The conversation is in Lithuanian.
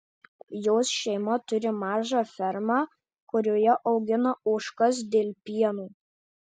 jos šeima turi mažą fermą kurioje augina ožkas dėl pieno